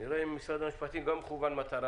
נראה אם משרד המשפטים גם מכוון מטרה